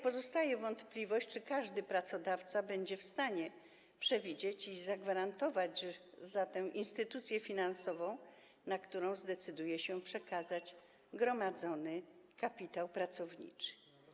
Pozostaje wątpliwość, czy każdy pracodawca będzie w stanie przewidzieć i zagwarantować, że instytucja finansowa, na którą zdecyduje się przekazać gromadzony kapitał pracowniczy.